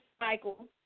Michael